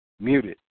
Muted